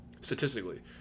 Statistically